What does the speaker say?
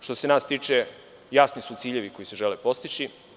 Što se nas tiče, jasni su ciljevi koji se žele postići.